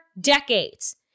decades